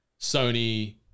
Sony